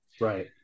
Right